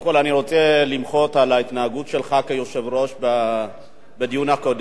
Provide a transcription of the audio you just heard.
קודם כול אני רוצה למחות על ההתנהגות שלך כיושב-ראש בדיון הקודם,